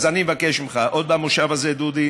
אז אני מבקש ממך, עוד במושב הזה, דודי,